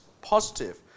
positive